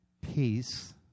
peace